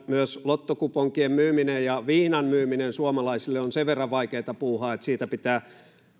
myös lottokuponkien myyminen ja viinan myyminen suomalaisille on sen verran vaikeata puuhaa että siitä pitää